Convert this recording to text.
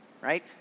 right